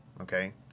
okay